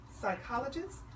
psychologist